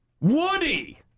Woody